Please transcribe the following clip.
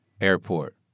Airport